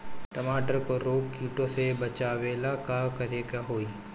टमाटर को रोग कीटो से बचावेला का करेके होई?